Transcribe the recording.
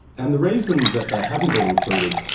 and the reason that they haven't been included,